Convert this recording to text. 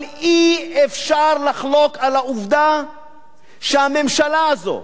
אבל אי-אפשר לחלוק על העובדה שהממשלה הזאת,